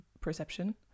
perception